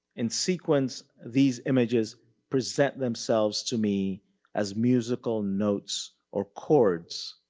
in sequence, these images present themselves to me as musical notes or chords.